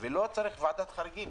ולא צריך וועדת חריגים.